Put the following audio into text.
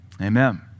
Amen